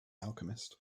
alchemist